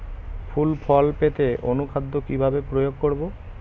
ফুল ফল পেতে অনুখাদ্য কিভাবে প্রয়োগ করব?